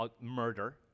murder